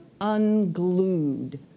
unglued